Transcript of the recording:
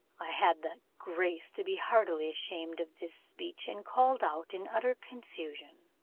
i had the grace to be heartily ashamed of this speech, and called out, in utter confusion,